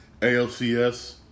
ALCS